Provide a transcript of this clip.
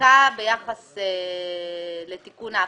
ארכה ביחס לתיקון ההפרה.